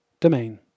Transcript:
domain